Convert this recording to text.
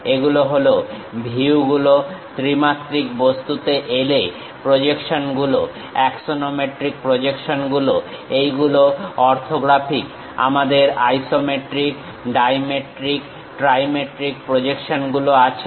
এগুলো হলো ভিউগুলো ত্রিমাত্রিক বস্তুতে এলে প্রজেকশনগুলো অ্যাক্সনোমেট্রিক প্রজেকশনগুলোতে এইগুলো অর্থোগ্রাফিক আমাদের আইসোমেট্রিক ডাইমেট্রিক ট্রাইমেট্রিক প্রজেকশনগুলো আছে